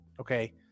Okay